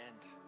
end